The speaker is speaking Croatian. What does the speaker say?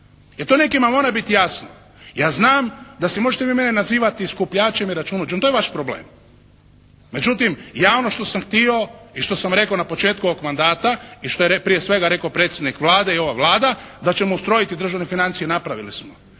I to nekima mora biti jasno. Ja znam da se možete vi mene nazivati skupljačem i računovođom. To je vaš problem. Međutim, ja ono što sam htio i što sam rekao na početku ovog mandata i što je prije svega rekao predsjednik Vlade i ova Vlada, da ćemo ustrojiti državne financije, napravili smo.